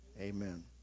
Amen